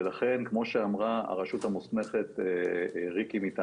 ולכן כמו שאמרה הרשות המוסמכת מטעמנו,